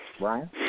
Ryan